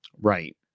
Right